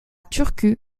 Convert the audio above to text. turku